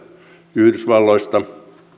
yhdysvalloista